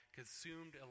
consumed